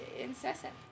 incessant